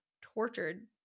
tortured